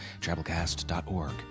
travelcast.org